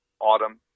autumn